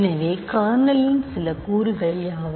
எனவே கர்னலின் சில கூறுகள் யாவை